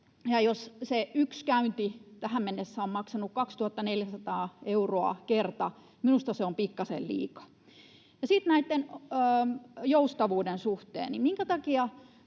jos se yksi käynti tähän mennessä on maksanut 2 400 euroa kerta, minusta se on pikkasen liikaa. [Krista Kiuru: Näin on!] Ja sitten